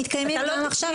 הנהלים מתקיימים גם עכשיו,